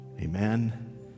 amen